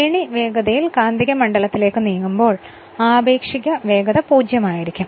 ഏണി വേഗതയിൽ കാന്തിക മണ്ഡലത്തിലേക്കു നീങ്ങുമ്പോൾ ആപേക്ഷിക വേഗത പൂജ്യമായിരിക്കും